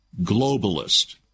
globalist